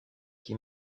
qui